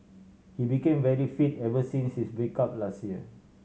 he became very fit ever since his break up last year